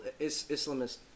Islamist